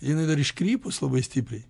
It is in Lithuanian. jinai dar iškrypus labai stipriai